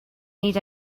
need